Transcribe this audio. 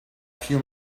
few